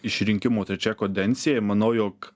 išrinkimo trečiai kadencijai manau jog